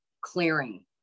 clearing